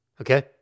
Okay